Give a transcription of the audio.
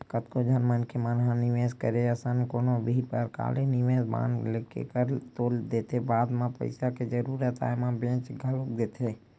कतको झन मनखे मन निवेस करे असन कोनो भी परकार ले निवेस बांड लेके कर तो देथे बाद म पइसा के जरुरत आय म बेंच घलोक देथे